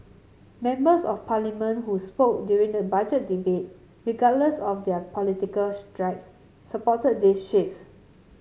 members of Parliament who spoke during the Budget Debate regardless of their political stripes supported this shift